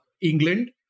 England